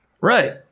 right